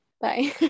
Bye